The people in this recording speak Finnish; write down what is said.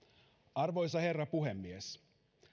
arvoisa herra puhemies